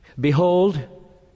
Behold